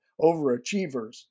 overachievers